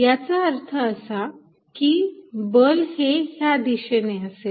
याचा अर्थ असा की बल हे ह्या दिशेने असेल